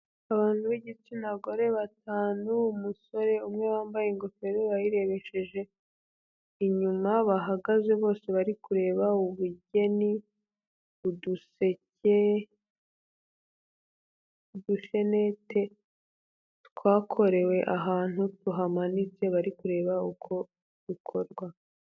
Abantu b'igitsina gore batanu, umusore umwe wambaye ingofero ayirebesheje inyuma, bahagaze bose bari kureba ubugeni, uduseke, udushenete twakorewe ahantu tuhamanitse bari kureba uko bikorwa.